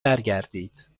برگردید